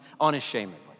unashamedly